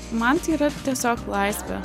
man tai yra tiesiog laisvė